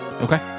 Okay